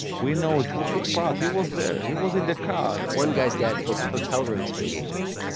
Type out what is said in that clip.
we know he took part. he was there. he was in the car. one guy's dad booked hotel rooms for the agents.